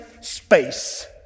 space